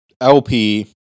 LP